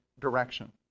direction